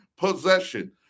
Possession